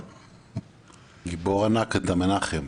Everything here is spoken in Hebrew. אתה גיבור ענק, מנחם.